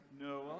Noah